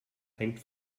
hängt